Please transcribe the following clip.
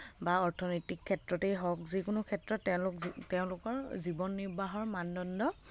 বা অৰ্থনৈতিক ক্ষেত্ৰতেই হওক যিকোনো ক্ষেত্ৰত তেওঁলোক তেওঁলোকৰ জীৱন নিৰ্বাহৰ মানদণ্ড